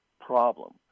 problem